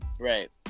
Right